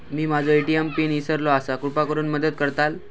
मी माझो ATM pin इसरलो आसा कृपा करुन मदत करताल